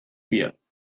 بیاد